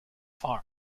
farm